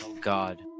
God